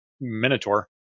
minotaur